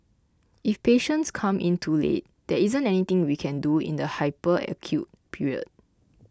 if patients come in too late there isn't anything we can do in the hyper acute period